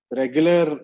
regular